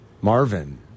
Marvin